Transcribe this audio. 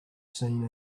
scene